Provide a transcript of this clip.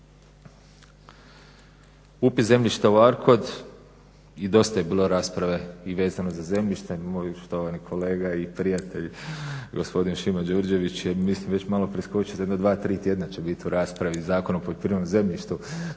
Upis zemljišta u ARCOD i dosta je bilo rasprave i vezano za zemljište. Moj štovani kolega i prijatelj gospodin Šima Đurđević je već malo preskočio, za jedno dva-tri tjedna će bit u raspravi Zakon o poljoprivrednom zemljištu